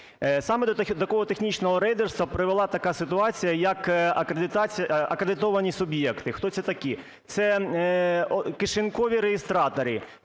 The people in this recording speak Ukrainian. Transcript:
Саме до такого технічного рейдерства привела така ситуація, як акредитовані суб'єкти. Хто це такі? Це "кишенькові" реєстратори.